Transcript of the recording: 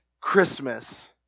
Christmas